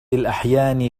الأحيان